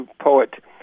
poet